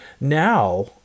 now